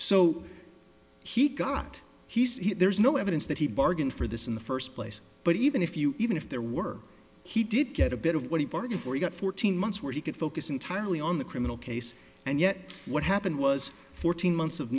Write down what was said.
so he got he said there's no evidence that he bargained for this in the first place but even if you even if there were he did get a bit of what he bargained for he got fourteen months where he could focus entirely on the criminal case and yet what happened was fourteen months of